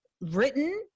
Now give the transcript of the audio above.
written